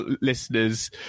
listeners